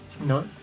No